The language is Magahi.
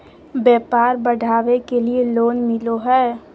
व्यापार बढ़ावे के लिए लोन मिलो है?